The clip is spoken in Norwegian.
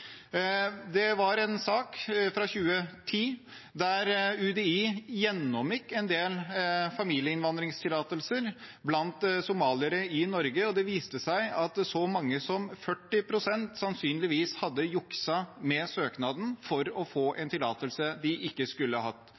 2010 gjennomgikk UDI en del familieinnvandringstillatelser blant somaliere i Norge, og det viste seg at så mange som 40 pst. sannsynligvis hadde jukset med søknaden for å få en tillatelse de ikke skulle hatt.